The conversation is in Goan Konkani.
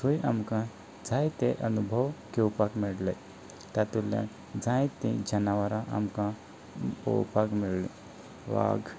थंय आमकां जायते अनुभव घेवपाक मेळ्ळे तातूंतल्यान जायते जनावरां आमकां पळोपाक मेळ्ळीं वाग